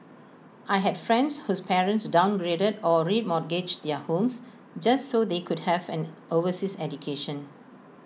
I had friends whose parents downgraded or remortgaged their homes just so they could have an overseas education